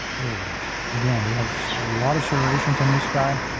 there he is. again, we have a lot of serrations on this guy.